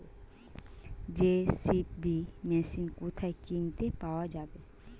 JCB machine কোথায় কিনতে পাওয়া যাবে?